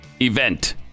Event